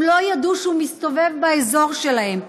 הם לא ידעו שהוא מסתובב באזור שלהם.